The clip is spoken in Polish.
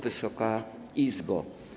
Wysoka Izbo!